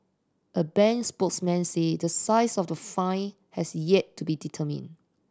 a bank spokesman said the size of the fine has yet to be determined